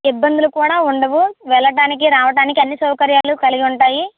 ఇబ్బందులు కూడా ఉండవు వెళ్ళటానికి రావటానికి అన్ని సౌకర్యాలు కలిగి ఉంటాయి